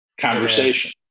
conversation